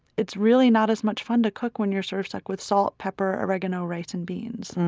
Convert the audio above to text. it's really not as much fun to cook when you're sort of stuck with salt, pepper, oregano, rice and beans